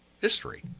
History